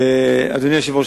אדוני היושב-ראש,